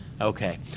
Okay